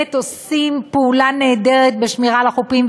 שבאמת עושים פעולה נהדרת בשמירה על החוּפּים,